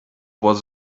was